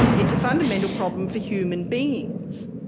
it's a fundamental problem for human beings.